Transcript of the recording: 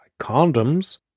condoms